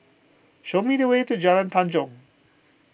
show me the way to Jalan Tanjong